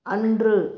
அன்று